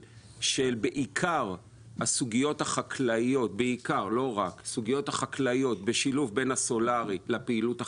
בעיקר של הסוגיות החקלאיות בשילוב בין הסולארי לפעילות החקלאית.